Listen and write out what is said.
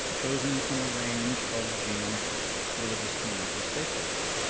chosen from a range of jean's religious community stakeholders.